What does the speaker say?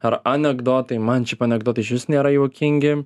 ar anekdotai man šiaip anekdotai išvis nėra juokingi